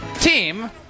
team